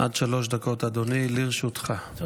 עד שלוש דקות לרשותך, אדוני.